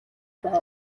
байв